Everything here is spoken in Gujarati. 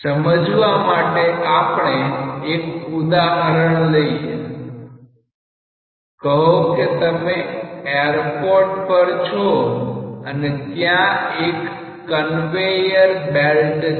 સમજવા માટે આપણે એક ઉદાહરણ લઈએ કહો કે તમે એરપોર્ટ પર છો અને ત્યાં એક કન્વેયર બેલ્ટ છે